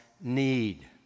need